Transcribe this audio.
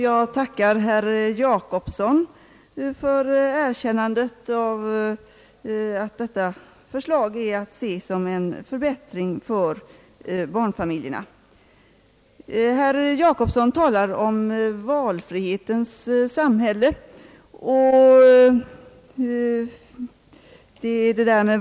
Jag tackar herr Jacobson för erkännandet att detta förslag är att se som en förbättring för barnfamiljerna. Herr Jacobsson talar om »valfrihetens samhälle».